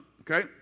okay